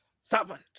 servant